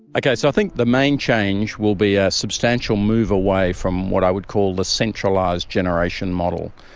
okay, so i think the main change will be a substantial move away from what i would call the centralised generation model.